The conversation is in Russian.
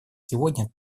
сегодня